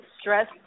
stress